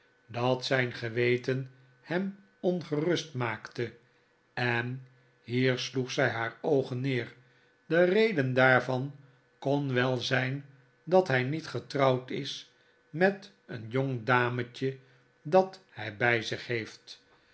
dat zijn geweten hem ongerust maakt en hier sloeg zij haar oogen neer de reden daarvan kon wel zijn dat hij niet getrouwd is met een jong dametje dat hij bij zich heeft